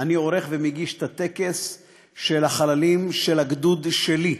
אני עורך ומגיש את הטקס של החללים של הגדוד שלי,